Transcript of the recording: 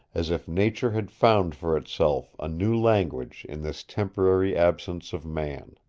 as if nature had found for itself a new language in this temporary absence of man.